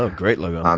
ah great logo. um